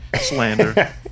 slander